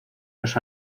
los